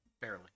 Barely